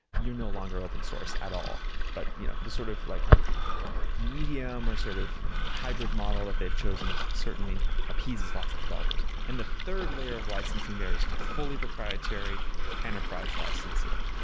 you no longer open source at all. but you know the sort of like medium or sort of hybrid model that they've chosen certainly appeases lots of developers. and the third layer of licensing there is fully proprietary enterprise licensing,